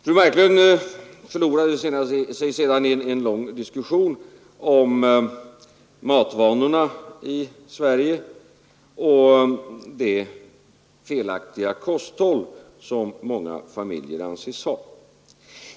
Fru Marklund förlorade sig sedan i en lång diskussion om matvanorna i Sverige och det felaktiga kosthåll som många familjer anses ha.